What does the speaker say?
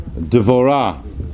Devorah